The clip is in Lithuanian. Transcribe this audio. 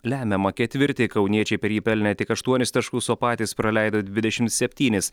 lemiamą ketvirtį kauniečiai per jį pelnė tik aštuonis taškus o patys praleido dvidešimt septynis